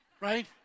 Right